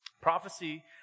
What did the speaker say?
Prophecy